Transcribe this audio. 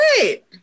great